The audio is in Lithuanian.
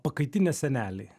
pakaitinė senelė